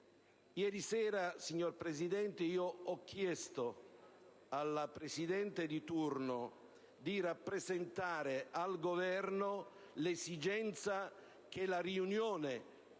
Ieri sera, signora Presidente, ho chiesto alla Vice Presidente di turno di rappresentare al Governo l'esigenza che la riunione